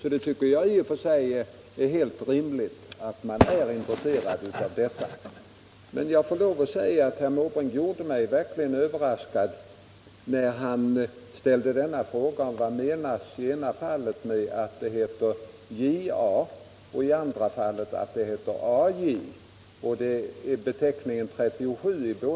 Jag tycke det är helt rimligt att man är intresserad av detta. Men herr Måbrink gjorde mig verkligen överraskad när han ställde frågan: Vad menas med att planet i ena fallet heter JA och i andra fallet AJ, i båda fallen med sifferbeteckningen 37?